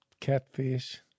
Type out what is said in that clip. catfish